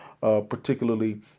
particularly